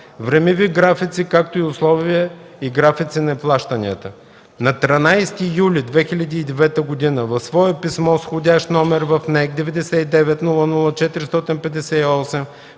времеви графици, както и условия и графици на плащанията. На 13 юли 2009 г. в свое писмо с вх. № в НЕК 99